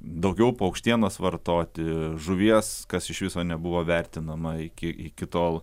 daugiau paukštienos vartoti žuvies kas iš viso nebuvo vertinama iki iki tol